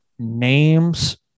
Names